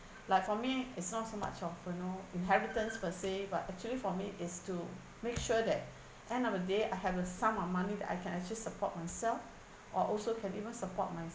like for me is not so much of you know inheritance per se but actually for me is to make sure that end of the day I have a sum of money that I can actually support myself or also can even support my